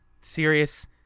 serious